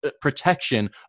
protection